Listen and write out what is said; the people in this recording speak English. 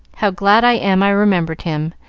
how glad i am i remembered him,